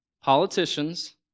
politicians